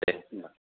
दे होनबा